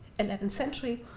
eleventh century,